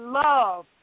love